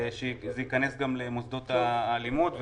ושזה ייכנס גם למוסדות הלימוד,